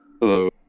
Hello